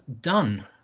done